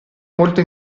molto